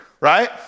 right